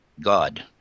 God